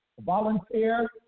volunteer